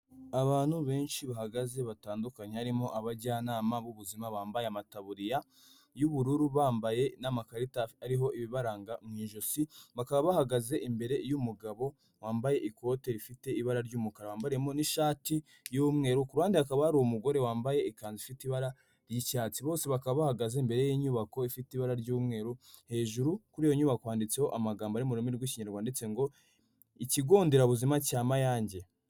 Abantu benshi bahagaze batandukanye harimo abajyanama b'ubuzima bambaye amataburiya y'ubururu. Bambaye n'amakarita ariho ibibaranga mu ijosi. Bakaba bahagaze imbere y'umugabo wambaye ikote rifite ibara ry'umukara wambariyemo n'ishati y'umweru. Ku ruhande hakaba hari umugore wambaye ikanzu ifite ibara ry'icyatsi. Bose bakaba bahagaze imbere y'inyubako ifite ibara ry'umweru. Hejuru kuri iyo nyubako handitseho amagambo ari mu rurimi rw'Ikinyarwanda yanditse ngo ikigo nderabuzima cya Mayange.